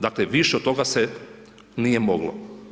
Dakle, više od toga se nije moglo.